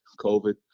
COVID